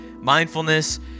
mindfulness